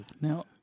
Now